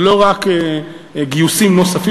זה לא רק גיוסים נוספים,